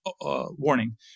warning